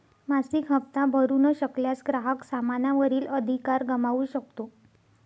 मासिक हप्ता भरू न शकल्यास, ग्राहक सामाना वरील अधिकार गमावू शकतो